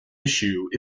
issue